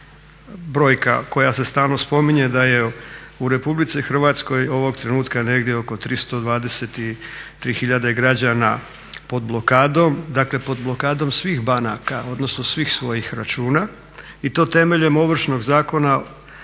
brojka koja se stalno spominje, da je u RH ovog trenutka negdje oko 323 hiljade građana pod blokadom, dakle pod blokadom svih banaka, odnosno svih svojih računa i to temeljem Ovršnog zakona